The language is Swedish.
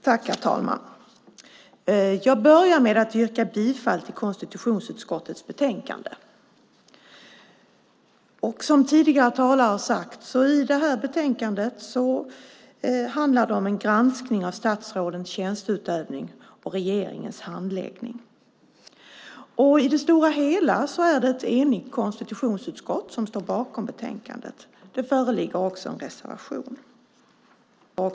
Herr talman! Jag börjar med att yrka bifall till förslagen i konstitutionsutskottets betänkande. Som tidigare talare har sagt handlar det här betänkandet om en granskning av statsrådens tjänsteutövning och regeringens handläggning. I det stora hela är det ett enigt konstitutionsutskott som står bakom betänkandet. Det föreligger också en reservation.